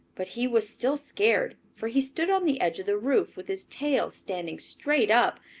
but he was still scared, for he stood on the edge of the roof, with his tail standing straight up.